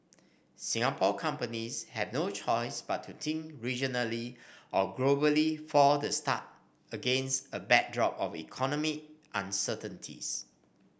Singapore companies have no choice but to think regionally or globally for the start against a backdrop of economic uncertainties